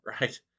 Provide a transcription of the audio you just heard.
right